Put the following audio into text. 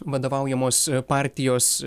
vadovaujamos partijos